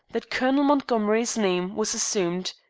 that colonel montgomery's name was assumed.